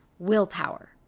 willpower